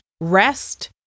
rest